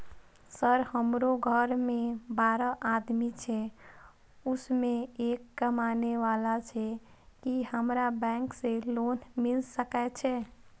Sir हमरो घर में बारह आदमी छे उसमें एक कमाने वाला छे की हमरा बैंक से लोन मिल सके छे?